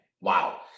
Wow